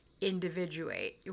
individuate